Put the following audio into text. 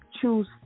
choose